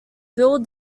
bill